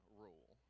rule